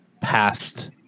past